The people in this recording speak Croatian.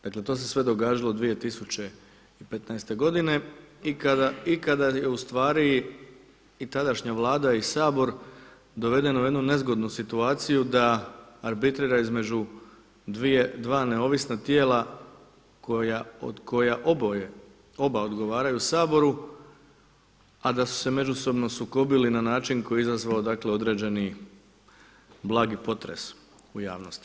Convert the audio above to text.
Dakle, to se sve događalo 2015. godine i kada je u stvari i tadašnja Vlada i Sabor doveden u jednu nezgodnu situaciju da arbitrira između dva neovisna tijela koja oboje, oba odgovaraju Saboru, a da su se međusobno sukobili na način koji je izazvao dakle određeni blagi potres u javnosti.